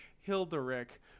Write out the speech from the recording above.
Hilderic